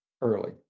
early